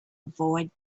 avoid